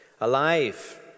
Alive